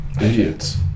Idiots